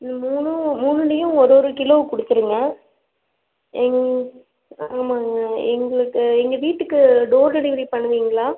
ம் மூணும் மூணுலையும் ஒரு ஒரு கிலோ கொடுத்துருங்க எங்க ஆமாம்ங்க எங்களுக்கு எங்கள் வீட்டுக்கு டோர் டெலிவரி பண்ணுவிங்களா